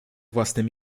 własnym